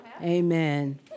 Amen